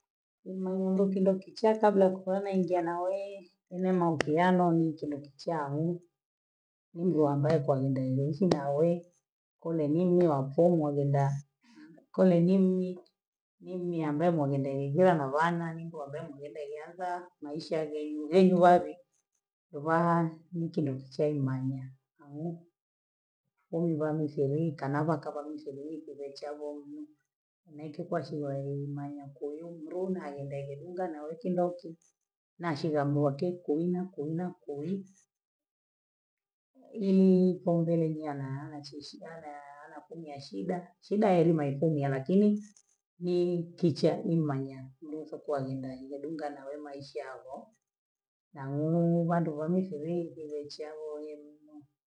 Umlinde kindu kichaa kabla kipea naingia nawe, mi mahusiano mi kindokichahu, mindo ambae kalenda ilusu nawe, kumbe mimi wochei modekaa, kule mimi, mimi ambae mlienda kigweno wanani mtu ambaye nilienda gereza, Maisha yagei ngwei ngwapi, ubhaa mkineichee imanya, yani ngwangu sheree kanabakaba mwisheree kubwa chabangi, nikipewa swaii manyakulingi lingi hayaendagi dunga na ekindaki, nashelambiwa ke kuima kuima kui, wipongolemia na amachie shida elaa ya anakumi ya shida, shida ya elima ilikuwa ni ela, kini ni kichee nimmanyaa, nilizokuwa ajenda yangu, dunga nawe Maisha angu, nang'ulu nyumba ndo wamisheree ikulochaye nimo.